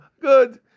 good